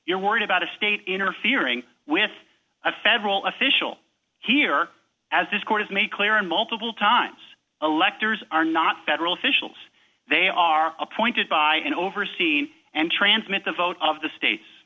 you're worried about a state interfering with a federal official here as this court is made clear and multiple times electors are not federal officials they are appointed by and oversee and transmit the vote of the states